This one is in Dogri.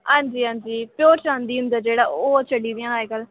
हांजी हांजी प्योर चांदी हुंदा जेह्ड़ा ओह् चली दियां अज्ज कल्ल